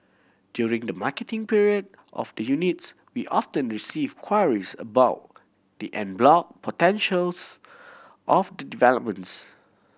during the marketing period of the units we often receive queries about the en bloc potentials of the developments